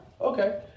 Okay